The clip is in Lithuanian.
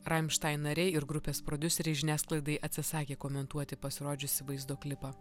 rammstein nariai ir grupės prodiuseriai žiniasklaidai atsisakė komentuoti pasirodžiusį vaizdo klipą